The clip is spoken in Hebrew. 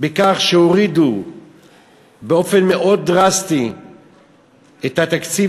בכך שהורידו באופן מאוד דרסטי את התקציב,